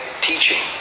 teaching